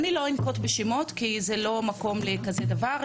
אני לא אנקוט בשמות כי זה לא המקום לכזה דבר,